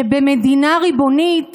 שבמדינה ריבונית